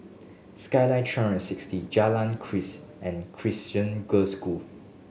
Skyline three and sixty Jalan Keris and Crescent Girls School